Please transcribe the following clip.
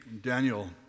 Daniel